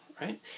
right